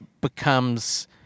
becomes